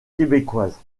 québécoise